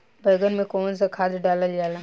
बैंगन में कवन सा खाद डालल जाला?